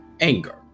anger